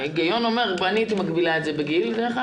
אני הייתי מגבילה את זה בגיל.